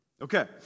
Okay